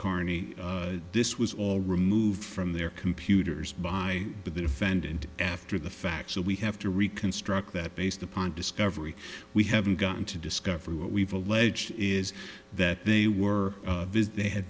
carney this was all removed from their computers by the defendant after the fact so we have to reconstruct that based upon discovery we haven't gotten to discover what we've alleged is that they were visit they had